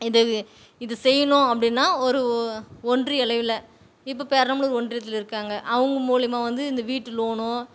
இது இது செய்யணும் அப்படின்னா ஒரு ஒன்றிய அளவில் இப்போ பெரம்பலூர் ஒன்றியத்தில் இருக்காங்க அவங்க மூலிமா வந்து இந்த வீட்டு லோனோ